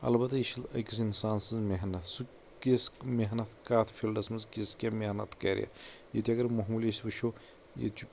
البتہ یہِ چھ أکِس انسان سٕنٛز محنت سُہ کِس محنت کتھ فیٖلڈس منٛز کیٛاہ محنت کرٕ ییٚتہِ اگر موموٗلی أسۍ وٕچھو ییٚتہِ چھُ